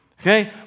Okay